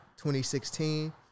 2016